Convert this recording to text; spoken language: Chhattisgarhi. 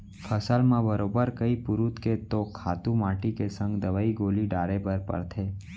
फसल म बरोबर कइ पुरूत के तो खातू माटी के संग दवई गोली डारे बर परथे